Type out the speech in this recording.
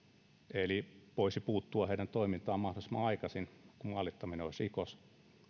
eli se että voisi puuttua heidän toimintaansa mahdollisimman aikaisin kun maalittaminen olisi rikos